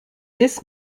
this